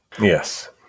Yes